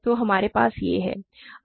तो हमारे पास यह है